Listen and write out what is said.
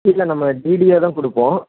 இல்லை நம்ம டிடியாக தான் கொடுப்போம்